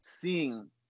seeing